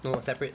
no separate